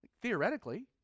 theoretically